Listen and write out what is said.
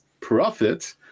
Profit